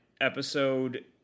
episode